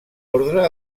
ordre